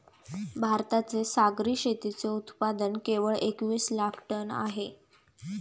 भारताचे सागरी शेतीचे उत्पादन केवळ एकवीस लाख टन आहे